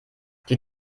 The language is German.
die